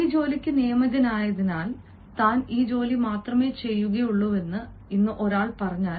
ഈ ജോലിക്ക് നിയമിതനായതിനാൽ താൻ ഈ ജോലി മാത്രമേ ചെയ്യുകയുള്ളൂവെന്ന് ഇന്ന് ഒരാൾ പറഞ്ഞാൽ